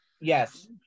Yes